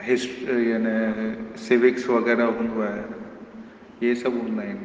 हिस याने सिविक्स वग़ैरह हूंदो आहे इहे सभु हूंदा आहिनि